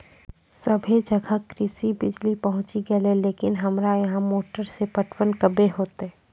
सबे जगह कृषि बिज़ली पहुंची गेलै लेकिन हमरा यहाँ मोटर से पटवन कबे होतय?